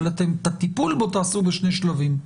אבל את הטיפול בו תעשו בשני שלבים.